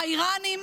האיראנים